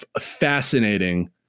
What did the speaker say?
fascinating